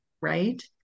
Right